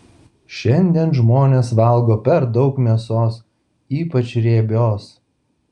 šiandien žmonės valgo per daug mėsos ypač riebios